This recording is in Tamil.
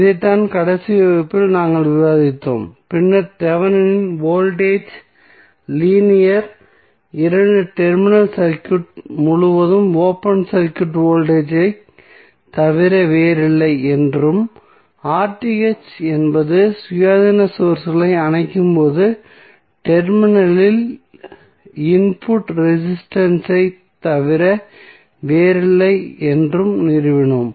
இதைத்தான் கடைசி வகுப்பில் நாங்கள் விவாதித்தோம் பின்னர் தெவெனின் வோல்டேஜ் லீனியர் இரண்டு டெர்மினல் சர்க்யூட் முழுவதும் ஓபன் சர்க்யூட் வோல்டேஜ் ஐத் தவிர வேறில்லை என்றும் என்பது சுயாதீன சோர்ஸ்களை அணைக்கும்போது டெர்மினலில் இன்புட் ரெசிஸ்டன்ஸ் ஐத் தவிர வேறில்லை என்றும் நிறுவினோம்